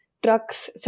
trucks